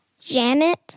Janet